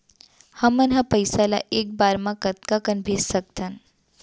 हमन ह पइसा ला एक बार मा कतका कन भेज सकथन?